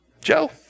Joe